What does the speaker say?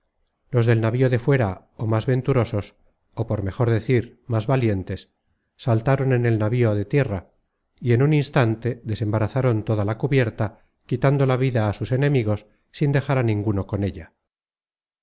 los del navío de fuera ó más venturosos ó por mejor decir más valientes saltaron en el navío de tierra y en un instante desembarazaron toda la cubierta quitando la vida á sus enemigos sin dejar á ninguno con ella